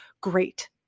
Great